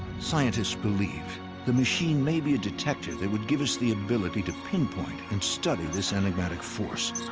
scientists believe the machine may be a detective that would give us the ability to pinpoint and study this enigmatic force.